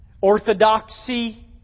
Orthodoxy